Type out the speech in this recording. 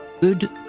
Good